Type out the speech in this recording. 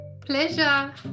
Pleasure